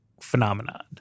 phenomenon